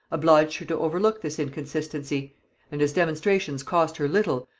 obliged her to overlook this inconsistency and as demonstrations cost her little,